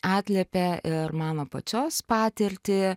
atliepė ir mano pačios patirtį